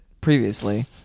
previously